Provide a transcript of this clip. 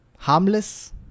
Harmless